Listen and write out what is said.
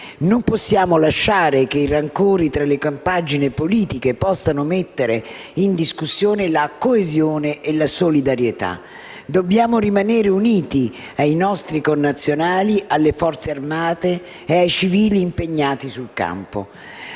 Non possiamo lasciare che i rancori tra le compagini politiche possano mettere in discussione la coesione e la solidarietà. Dobbiamo rimanere uniti ai nostri connazionali, alle forze armate e ai civili impegnati sul campo.